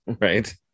Right